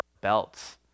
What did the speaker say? belts